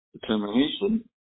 determination